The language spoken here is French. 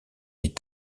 est